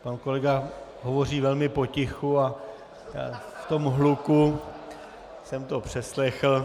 Pan kolega hovoří velmi potichu a v tom hluku jsem to přeslechl.